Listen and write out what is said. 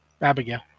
Abigail